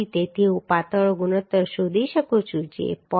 તેથી હું પાતળો ગુણોત્તર શોધી શકું છું જે 0